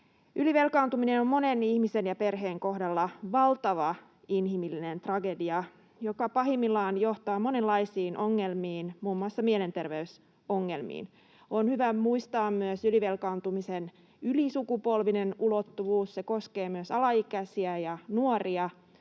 Ylivelkaantuminen on monen ihmisen ja perheen kohdalla valtava inhimillinen tragedia, joka pahimmillaan johtaa monenlaisiin ongelmiin, muun muassa mielenterveysongelmiin. On hyvä muistaa myös ylivelkaantumisen ylisukupolvinen ulottuvuus; se koskee myös alaikäisiä ja nuoria,